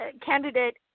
candidate